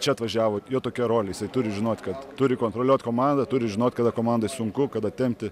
čia atvažiavo jo tokia rolė jisai turi žinot kad turi kontroliuot komandą turi žinot kada komandai sunku kada tempti